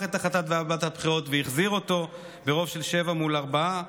את החלטת ועדת הבחירות והחזיר אותו ברוב של שבעה מול ארבעה,